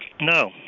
No